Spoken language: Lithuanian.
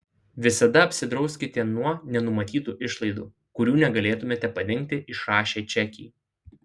visada apsidrauskite nuo nenumatytų išlaidų kurių negalėtumėte padengti išrašę čekį